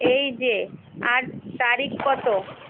এই যে আজ তারিখ কত